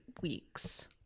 weeks